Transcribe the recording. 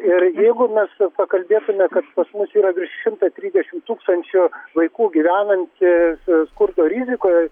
ir jeigu mes pakalbėtume kad pas mus yra virš šimto trisdešimt tūkstančių vaikų gyvenanti skurdo rizikoj